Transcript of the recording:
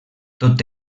tot